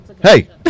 Hey